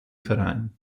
verein